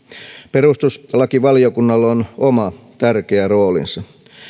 perustuslakivaliokunnalla on oma tärkeä roolinsa